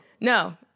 no